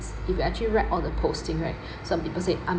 if you actually read all the posting right some people said I'm